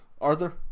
Arthur